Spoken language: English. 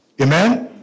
Amen